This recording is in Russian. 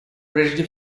прежде